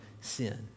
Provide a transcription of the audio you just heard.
sin